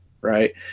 right